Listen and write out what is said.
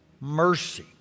mercy